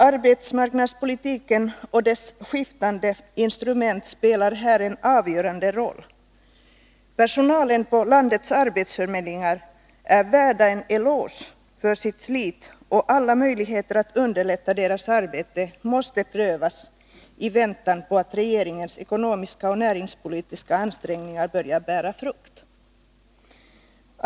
Arbetsmarknadspolitiken och dess skiftande instrument spelar här en avgörande roll. Personalen på landets arbetsförmedlingar är värd en eloge för sitt slit, och alla möjligheter att underlätta dess arbete måste prövas i väntan på att regeringens ekonomiska och näringspolitiska ansträngningar börja bära frukt.